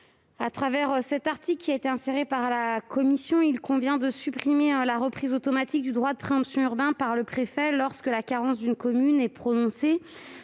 rectifié. L'article 19 a été inséré par la commission, en vue de supprimer la reprise automatique du droit de préemption urbain par le préfet, lorsque la carence d'une commune est prononcée.